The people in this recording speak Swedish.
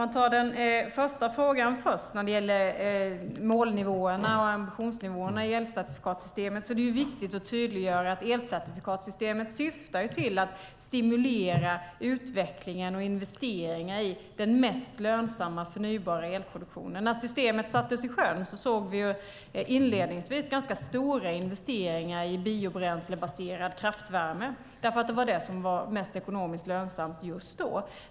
Fru talman! När det gäller målnivåer och ambitionsnivåer i elcertifikatssystemet är det viktigt att tydliggöra att elcertifikatssystemet syftar till att stimulera utvecklingen av och investeringar i den mest lönsamma förnybara elproduktionen. När systemet sattes i sjön såg vi inledningsvis ganska stora investeringar i biobränslebaserad kraftvärme eftersom det var det ekonomiskt mest lönsamma just då.